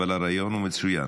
אבל הרעיון הוא מצוין.